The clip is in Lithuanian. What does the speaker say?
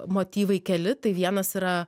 motyvai keli tai vienas yra